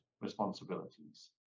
responsibilities